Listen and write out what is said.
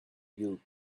you